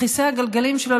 בכיסא הגלגלים שלו,